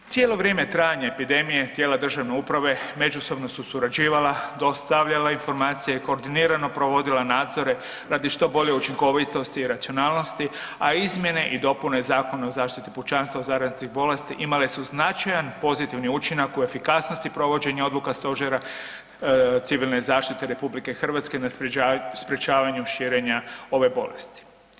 Cijelo vrijeme trajanja epidemije tijela državne uprave međusobno su surađivala, dostavljala informacije i koordinirano provodila nadzore radi što bolje učinkovitosti i racionalnosti, a izmjene i dopune Zakona o zaštiti pučanstva od zaraznih bolesti imale su značajan pozitivni učinak u efikasnosti provođenja odluka Stožera civilne zaštite RH na sprječavanju širenja ove bolesti.